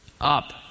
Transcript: Up